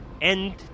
end